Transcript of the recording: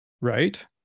Right